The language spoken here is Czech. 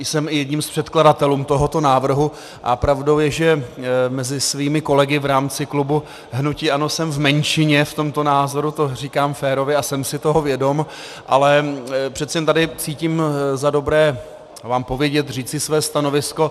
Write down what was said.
Jsem i jedním z předkladatelů tohoto návrhu a pravdou je, že mezi svými kolegy v rámci klubu hnutí ANO jsem v menšině v tomto názoru, to říkám férově, a jsem si toho vědom, ale přeci jen tady cítím za dobré vám povědět, říci své stanovisko.